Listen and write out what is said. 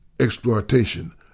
exploitation